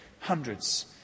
hundreds